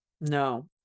no